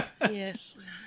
Yes